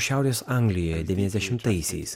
šiaurės anglijoje devyniasdešimtaisiais